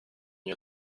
new